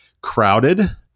crowded